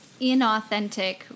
inauthentic